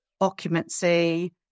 occupancy